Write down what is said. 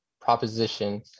proposition